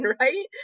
right